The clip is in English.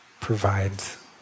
provides